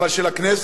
אבל של הכנסת.